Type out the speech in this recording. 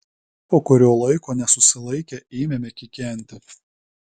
po kurio laiko nesusilaikę ėmėme kikenti